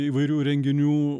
įvairių renginių